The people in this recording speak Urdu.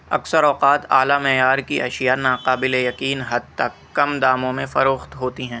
اکثر اوقات اعلیٰ معیار کی اشیا ناقابل یقین حد تک کم داموں میں فروخت ہوتی ہیں